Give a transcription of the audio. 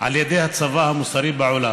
על ידי הצבא המוסרי בעולם.